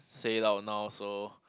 say it out now so